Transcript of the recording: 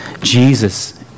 Jesus